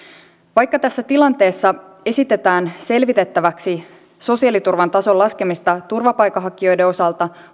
vaikka tässä tilanteessa esitetään selvitettäväksi sosiaaliturvan tason laskemista turvapaikanhakijoiden osalta